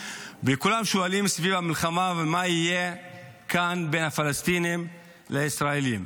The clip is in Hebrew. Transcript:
וכולם שואלים סביב המלחמה מה יהיה כאן בין הפלסטינים לישראלים.